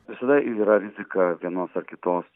visada yra rizika vienos ar kitos